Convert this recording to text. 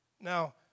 Now